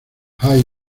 high